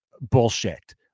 bullshit